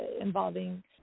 involving